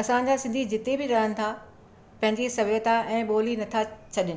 असांजा सिंधी जिते बि रहनि था पंहिंजी सभ्यता ऐं ॿोली नथा छॾनि